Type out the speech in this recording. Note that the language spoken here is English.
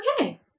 Okay